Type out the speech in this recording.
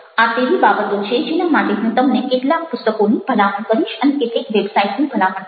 આ તેવી બાબતો છે જેના માટે હું તમને કેટલાક પુસ્તકોની ભલામણ કરીશ અને કેટલીક વેબસાઇટની ભલામણ કરીશ